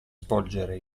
svolgere